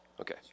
Okay